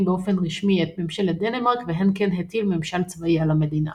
באופן רשמי את ממשלת דנמרק והנקן הטיל ממשל צבאי על המדינה.